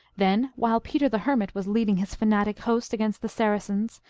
then, while peter the hermit was leading his fanatic host against the saracens,